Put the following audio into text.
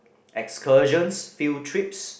excursion field trips